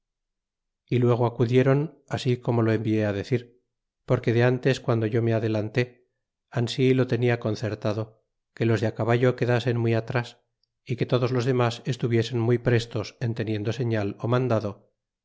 y luego acudieron ansi como lo envié decir porque de antes guando yo me adelanté ansi lo tenia concertado que los de caballo quedasen muy atras y que todos los demas estuviesen muy prestos en teniendo señal ó mandado